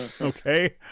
Okay